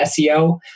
SEO